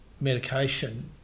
medication